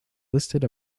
listed